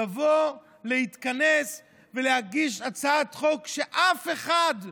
לבוא להתכנס ולהגיש הצעת חוק שאף אחד,